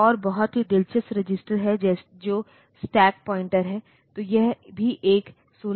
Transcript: एक और बहुत ही दिलचस्प रजिस्टर है जो स्टैक पॉइंटर है